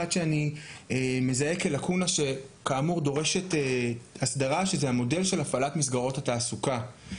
שאני מזהה כלקונה שדורשת הסדרה וזה המודל של הפעלת מסגרות התעסוקה.